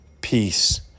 peace